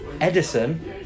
Edison